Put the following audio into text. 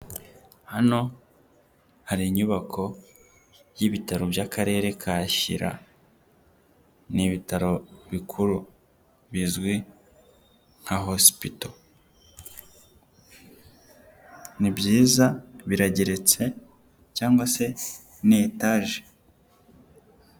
Hano hari inyubako y'ibitaro by'akarere ka shyira ;n'ibitaro bikuru bizwi nka hospital, n'ibyiza birageretse cyangwa se n'itage.